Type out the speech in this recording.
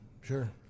sure